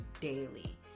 daily